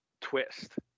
twist